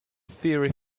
fiery